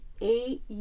eight